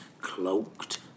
cloaked